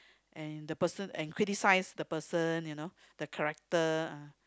and the person and critize the person you know the character